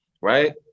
right